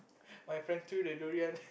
my friends threw the durian